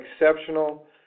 exceptional